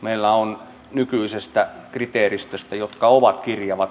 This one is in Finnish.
meillä on nykyisestä kriteeristöstä joka on kirjava